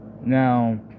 Now